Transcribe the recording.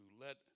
let